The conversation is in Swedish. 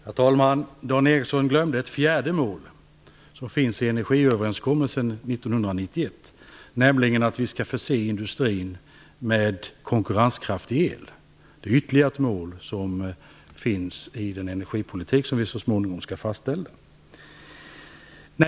Herr talman! Dan Ericsson glömde ett fjärde mål som finns i energiöverenskommelsen 1991, nämligen att vi skall förse industrin med konkurrenskraftig el. Det är ytterligare ett mål som finns i den energipolitik som vi så småningom skall fastställa.